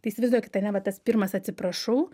tai įsivaizduokit ane va tas pirmas atsiprašau